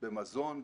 במזון,